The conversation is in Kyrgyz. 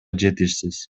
жетишсиз